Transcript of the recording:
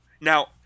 Now